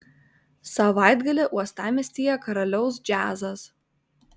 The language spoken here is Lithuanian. savaitgalį uostamiestyje karaliaus džiazas